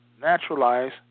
naturalize